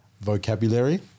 vocabulary